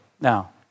Now